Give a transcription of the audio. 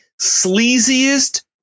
sleaziest